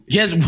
Yes